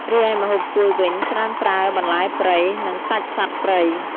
រីឯម្ហូបកួយវិញច្រើនប្រើបន្លែព្រៃ និងសាច់សត្វព្រៃ។